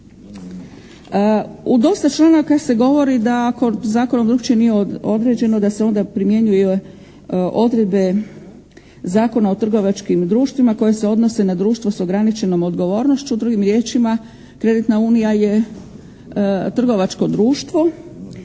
U dosta članaka se govori da ako zakonom drukčije nije određeno da se onda primjenjuju odredbe Zakona o trgovačkim društvima koje se odnose na društvo s ograničenom odgovornošću. Drugim riječima, kreditna unija je trgovačko društvo